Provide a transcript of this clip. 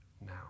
now